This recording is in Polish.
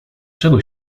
czego